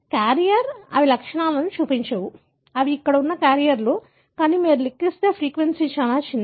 carrier అవి లక్షణాలను చూపించవు కాబట్టి అవి అక్కడ ఉన్న క్యారియర్లు కానీ మీరు లెక్కిస్తే ఫ్రీక్వెన్సీ చాలా చిన్నది